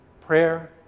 Prayer